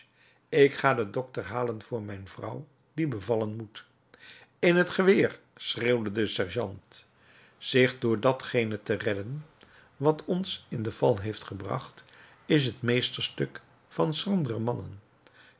ik ga den dokter halen voor mijn vrouw die bevallen moet in t geweer schreeuwde de sergeant zich door datgene te redden wat ons in de val heeft gebracht is het meesterstuk van schrandere mannen